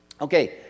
Okay